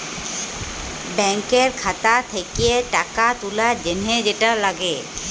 ব্যাংকের খাতা থ্যাকে টাকা তুলার জ্যনহে যেট লাগে